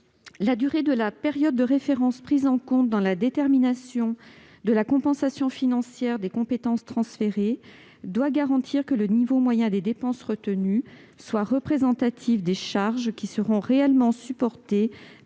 Berthet. La période de référence prise en compte dans la détermination de la compensation financière des compétences transférées doit garantir que le niveau moyen de dépenses retenu soit représentatif des charges qui seront réellement supportées